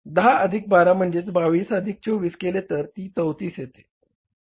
10 अधिक 12 म्हणजे 22 अधिक 24 केले तर 34 होते